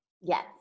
Yes